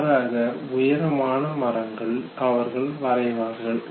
மாறாக உயரமான மரங்களை அவர்கள் வரைவார்கள்